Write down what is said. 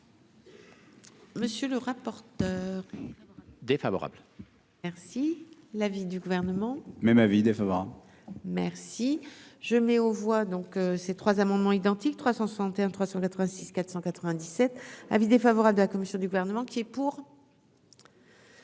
Monsieur le rapporteur défavorable, merci l'avis du gouvernement, même avis défavorable, merci, je mets aux voix donc ces trois amendements identiques 361 386 497 avis défavorable de la commission du gouvernement qui est pour.